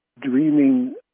dreaming